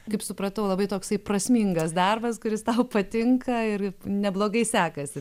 kaip supratau labai toksai prasmingas darbas kuris tau patinka ir neblogai sekasi